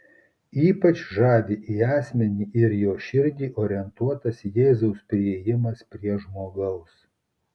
ypač žavi į asmenį ir jo širdį orientuotas jėzaus priėjimas prie žmogaus